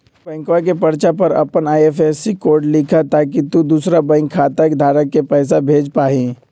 बैंकवा के पर्चा पर अपन आई.एफ.एस.सी कोड लिखा ताकि तु दुसरा बैंक खाता धारक के पैसा भेज पा हीं